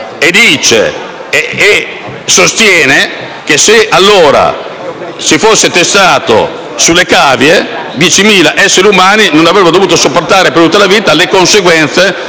scrive e sostiene che, se allora il farmaco si fosse testato sulle cavie, 10.000 esseri umani non avrebbero dovuto sopportare per tutta la vita le conseguenze